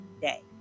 day